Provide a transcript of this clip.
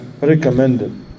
recommended